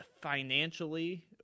financially